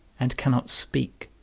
and cannot speak